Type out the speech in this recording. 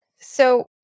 So-